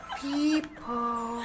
people